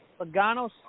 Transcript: Logano